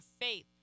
faith